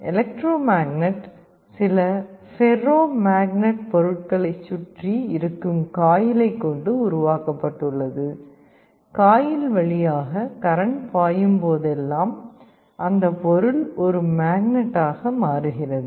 electro magnet சில ferromagnet பொருட்களைச் சுற்றி இருக்கும் காயிலை கொண்டு உருவாக்கப்பட்டுள்ளது காயில் வழியாக ஒரு கரண்ட் பாயும் போதெல்லாம் அந்த பொருள் ஒரு மேக்னட் ஆக மாறுகிறது